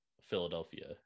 Philadelphia